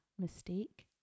mistake